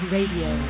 Radio